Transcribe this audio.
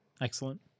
Excellent